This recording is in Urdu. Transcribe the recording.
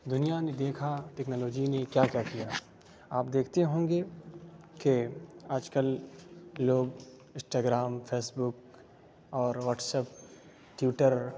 دنیا نے دیکھا ٹیکنالوجی نے کیا کیا کیا آپ دیکھتے ہوں گے کہ آج کل لوگ اسٹا گرام فیس بک اور واٹس اپ ٹیوٹر